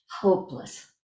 hopeless